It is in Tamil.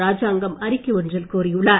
ராஜாங்கம் அறிக்கை ஒன்றில் கூறியுள்ளார்